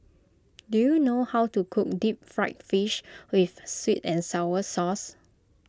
do you know how to cook Deep Fried Fish with Sweet and Sour Sauce